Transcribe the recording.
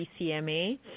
BCMA